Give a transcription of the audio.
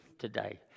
today